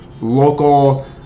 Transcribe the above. local